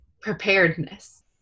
preparedness